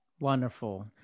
Wonderful